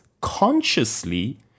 consciously